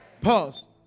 Pause